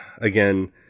again